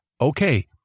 okay